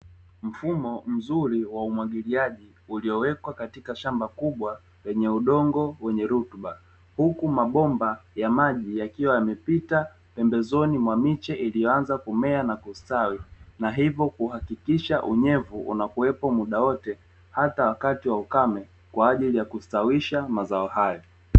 Mfumo mzuri wa umwagiliaji uliowekwa katika shamba kubwa lenye udongo wenye rutuba, huku mabomba ya maji yakiwa yamepita pembezoni mwa miche iliyoanza kumea na kustawi, na hivyo kuhakikisha unyevu unakuwepo muda wote hata wakati wa ukame kwa ajili ya kustawisha mazao hayo.